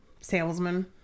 salesman